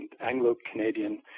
Anglo-Canadian